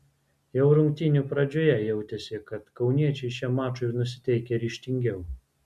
jau rungtynių pradžioje jautėsi kad kauniečiai šiam mačui nusiteikę ryžtingiau